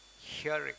hearing